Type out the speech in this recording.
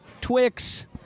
Twix